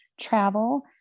travel